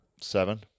Seven